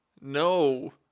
No